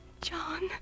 John